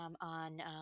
on